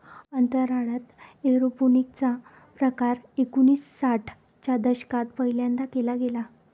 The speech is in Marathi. अंतराळात एरोपोनिक्स चा प्रकार एकोणिसाठ च्या दशकात पहिल्यांदा केला गेला